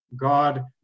God